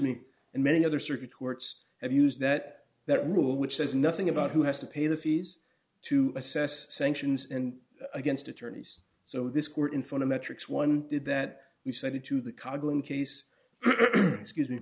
me and many other circuit courts have used that that rule which says nothing about who has to pay the fees to assess sanctions and against attorneys so this court in front of metrics one did that we said to the